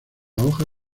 hoja